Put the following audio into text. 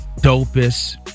dopest